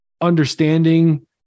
understanding